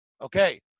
Okay